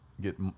get